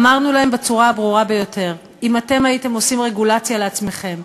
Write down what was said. אמרנו להם בצורה הברורה ביותר: אם הייתם עושים רגולציה לעצמכם,